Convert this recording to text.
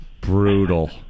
Brutal